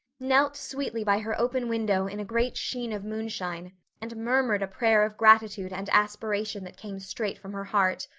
knelt sweetly by her open window in a great sheen of moonshine and murmured a prayer of gratitude and aspiration that came straight from her heart.